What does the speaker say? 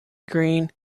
green